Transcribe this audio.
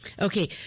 Okay